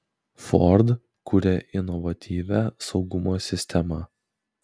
ford kuria inovatyvią saugumo sistemą